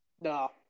No